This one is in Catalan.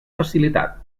facilitat